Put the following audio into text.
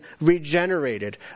regenerated